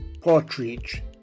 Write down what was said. Partridge